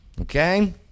Okay